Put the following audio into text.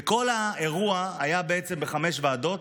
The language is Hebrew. כל האירוע היה בעצם בחמש ועדות